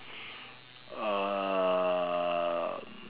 uh